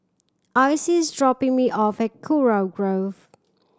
Icy is dropping me off at Kurau Grove